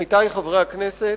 עמיתי חברי הכנסת,